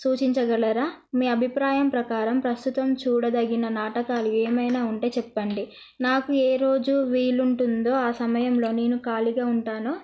సూచించగలరా మీ అభిప్రాయం ప్రకారం ప్రస్తుతం చూడదగిన నాటకాలు ఏమైనా ఉంటే చెప్పండి నాకు ఏ రోజు వీలుంటుందో ఆ సమయంలో నేను ఖాళీగా ఉంటానో